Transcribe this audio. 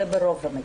זה ברוב המקרים.